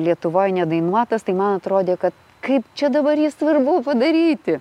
lietuvoj nedainuotas tai man atrodė kad kaip čia dabar jį svarbu padaryti